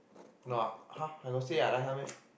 not ah !huh! I got say I like her meh